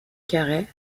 carey